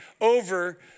over